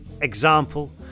example